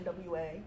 NWA